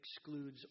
excludes